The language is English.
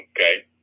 okay